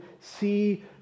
see